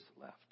left